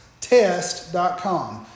Test.com